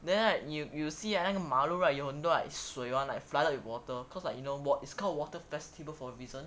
then right you will see a 那个马路:na ge malu right 有很多水 [one] like flooded with water cause like you know what it's called water festival for a reason